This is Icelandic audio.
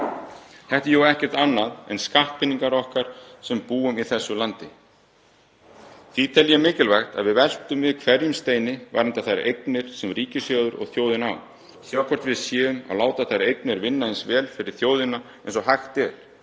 Þetta eru jú ekkert annað en skattpeningar okkar sem búum í þessu landi. Því tel ég mikilvægt að við veltum við hverjum steini varðandi þær eignir sem ríkissjóður og þjóðin á og sjáum hvort við séum að láta þær eignir vinna eins vel fyrir þjóðina og hægt er.